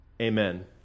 Amen